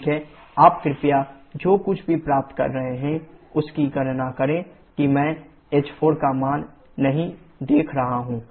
ठीक है आप कृपया जो कुछ भी प्राप्त कर रहे हैं उसकी गणना करें कि मैं h4 का मान नहीं देख रहा हूं